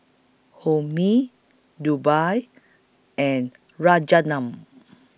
Homi Dhirubhai and Rajaratnam